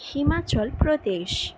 Himachal Pradesh